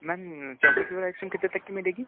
ma'am chocolate flavour ice cream कितने तक की मिलेगी